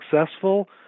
successful